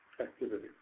activity